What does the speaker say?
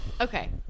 okay